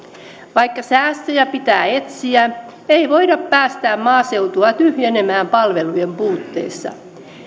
vaikka säästöjä pitää etsiä ei voida päästää maaseutua tyhjenemään palveluiden puutteessa